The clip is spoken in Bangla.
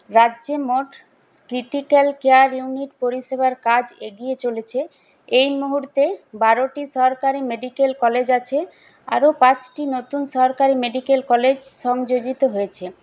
রাজ্যে মোট ক্রিটিক্যাল কেয়ার ইউনিট পরিষেবার কাজ এগিয়ে চলেছে এই মুহূর্তে বারোটি সরকারি মেডিকেল কলেজ আছে আরো পাঁচটি নতুন সরকারি মেডিকেল কলেজ সংযোজিত হয়েছে